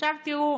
עכשיו תראו,